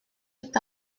est